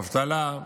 אבטלה,